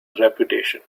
reputation